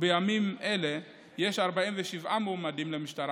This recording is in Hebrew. בימים אלו יש 47 מועמדים למשטרה,